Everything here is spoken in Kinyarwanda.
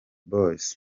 boys